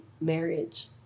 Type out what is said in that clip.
marriage